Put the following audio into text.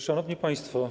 Szanowni Państwo!